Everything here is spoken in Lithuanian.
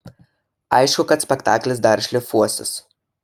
aišku kad spektaklis dar šlifuosis